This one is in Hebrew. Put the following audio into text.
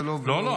זה לא --- לא,